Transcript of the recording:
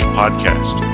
podcast